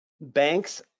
banks